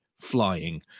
flying